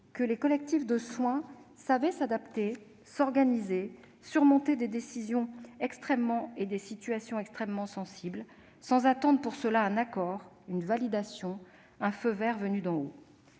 que les collectifs de soins savent s'adapter, s'organiser et surmonter des situations extrêmement sensibles, sans attendre pour cela un accord, une validation ou un feu vert venu d'en haut.